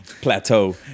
plateau